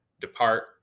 depart